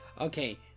Okay